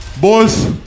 Boys